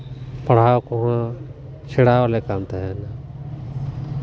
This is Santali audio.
ᱯᱟᱲᱦᱟᱣ ᱠᱚᱦᱚᱸ ᱥᱮᱬᱟ ᱟᱞᱮ ᱠᱟᱱ ᱛᱟᱦᱮᱱᱟ